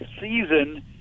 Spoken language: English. season